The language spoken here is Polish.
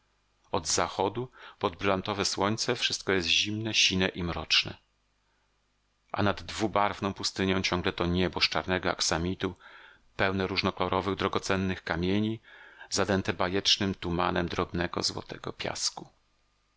od zachodu pod brylantowe słońce wszystko jest zimne sine i mroczne a nad dwubarwną pustynią ciągle to niebo z czarnego aksamitu pełne różnokolorowych drogocennych kamieni zadęte bajecznym tumanem drobnego złotego piasku